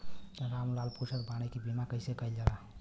राम लाल पुछत बाड़े की बीमा कैसे कईल जाला?